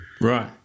Right